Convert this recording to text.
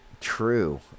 true